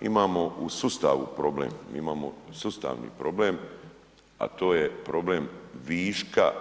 Imamo u sustavu problem, mi imamo sustavni problem, a to je problem viška